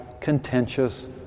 contentious